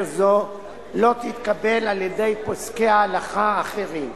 זאת לא תתקבל על-ידי פוסקי ההלכה האחרים.